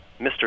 Mr